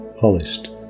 polished